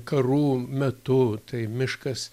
karų metu tai miškas